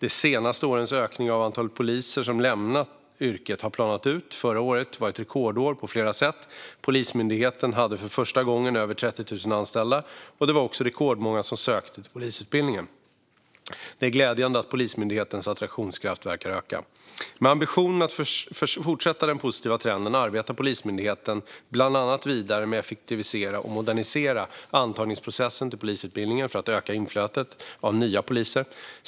De senaste årens ökning av antalet poliser som lämnar yrket har planat ut. Förra året var ett rekordår på flera sätt. Polismyndigheten hade för första gången över 30 000 anställda, och det var också rekordmånga som sökte till polisutbildningen. Det är glädjande att Polismyndighetens attraktionskraft verkar öka. Med ambitionen att fortsätta den positiva trenden arbetar Polismyndigheten vidare bland annat med att effektivisera och modernisera antagningsprocessen till polisutbildningen för att öka inflödet av nya poliser.